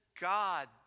God